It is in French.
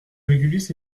régulus